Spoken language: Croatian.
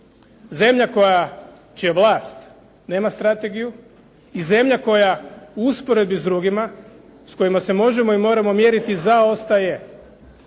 Zemlja čija vlast nema strategiju i zemlja koja u usporedbi s drugima, s kojima se možemo i moramo mjeriti zaostaje.